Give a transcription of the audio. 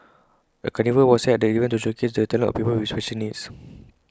A carnival was held at the event to showcase the talents of people with special needs